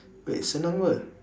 wait senang ke pe